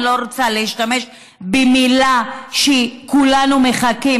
אני לא רוצה להשתמש במילה שכולנו מחכים